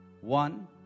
One